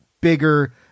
bigger